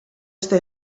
este